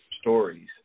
stories